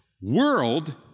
World